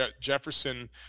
Jefferson